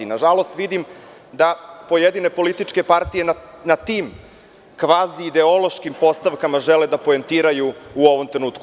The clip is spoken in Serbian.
Na žalost, vidim da pojedine političke partije na tim kvaziideološkim postavkama žele da poentiraju u ovom trenutku.